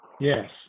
Yes